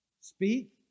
Speak